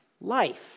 life